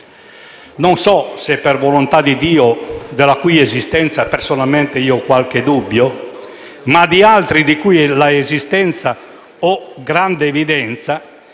non so se per volontà di Dio, della cui esistenza personalmente ho qualche dubbio, ma di altri della cui esistenza ho grande evidenza,